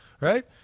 Right